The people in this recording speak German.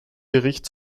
gericht